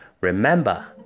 Remember